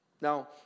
Now